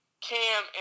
Cam